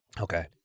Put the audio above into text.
Okay